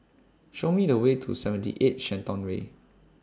Show Me The Way to seventy eight Shenton Way